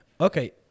Okay